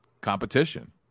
competition